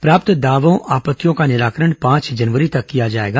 प्राप्त दावों आपत्तियों का निराकरण पांच जनवरी तक किया जाएगा